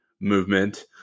movement